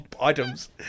items